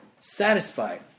satisfied